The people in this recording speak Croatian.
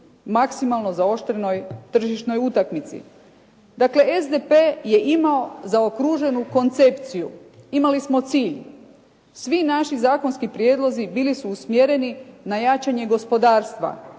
maksimalno zaoštrenoj tržišnoj utakmici. Dakle, SDP je imao zaokruženu koncepciju, imali smo cilj. Svi naši zakonski prijedlozi bili su usmjereni na jačanje gospodarstva,